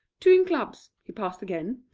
two in clubs, he passed again.